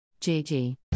JG